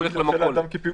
אז אנשים אמרו: נלך למכולת.